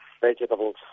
vegetables